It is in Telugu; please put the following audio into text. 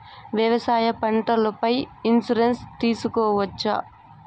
వ్యవసాయ పంటల పై ఇన్సూరెన్సు తీసుకోవచ్చా?